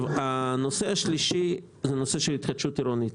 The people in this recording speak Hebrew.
הנושא השלישי הוא התחדשות עירונית.